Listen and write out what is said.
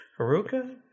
Haruka